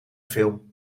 film